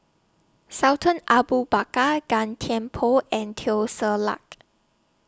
Sultan Abu Bakar Gan Thiam Poh and Teo Ser Luck